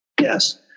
Yes